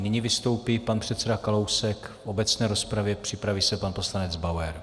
Nyní vystoupí pan předseda Kalousek v obecné rozpravě, připraví se pan poslanec Bauer.